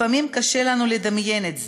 לפעמים קשה לנו לדמיין את זה,